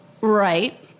Right